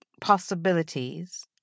possibilities